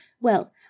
Well